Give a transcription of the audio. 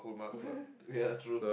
ya true